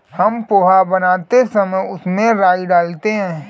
हम पोहा बनाते समय उसमें राई डालते हैं